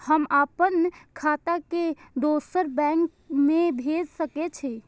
हम आपन खाता के दोसर बैंक में भेज सके छी?